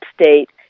state